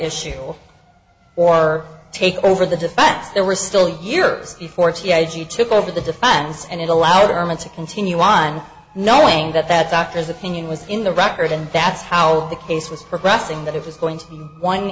issue or take over the defect there were still years before th you took over the defense and it allowed our men to continue on knowing that that doctor's opinion was in the record and that's how the case was progressing that it was going to be one